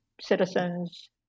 citizens